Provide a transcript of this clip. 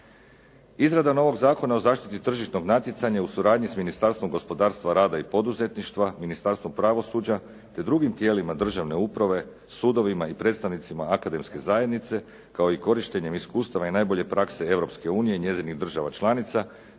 Izrada novog Zakona o zaštiti tržišnog natjecanja u suradnji s Ministarstvom gospodarstva, rada i poduzetništva, Ministarstvom pravosuđa te drugim tijelima državne uprave, sudovima i predstavnicima akademske zajednice kao i korištenje iskustava i najbolje prakse Europske unije i njezinih država članica